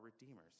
redeemers